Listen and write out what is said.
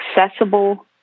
accessible